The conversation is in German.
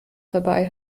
dabei